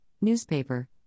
newspaper